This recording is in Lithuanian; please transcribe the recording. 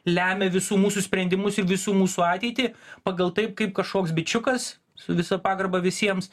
lemia visų mūsų sprendimus ir visų mūsų ateitį pagal taip kaip kažkoks bičiukas su visa pagarba visiems